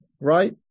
right